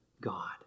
God